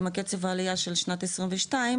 עם הקצב עלייה של שנת 22,